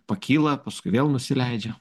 pakyla paskui vėl nusileidžia